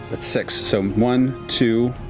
that's six. so one, two,